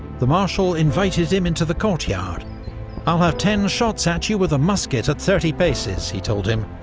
the marshal invited him into the courtyard i'll have ten shots at you with a musket at thirty paces, he told him,